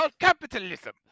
Capitalism